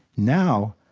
now,